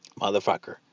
Motherfucker